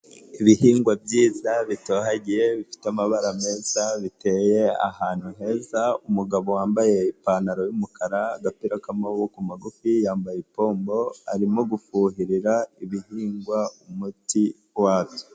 Ibihingwa byiza bitohagiye bifite amabara meza, biteye ahantu heza, umugabo wambaye ipantaro y'umukara, agapira k'amaboko magufi yambaye ipombo arimo gufuhirira ibihingwa umuti wabyo.